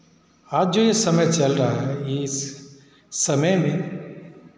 आज जो ये समय चल रहा है इस समय में